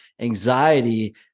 anxiety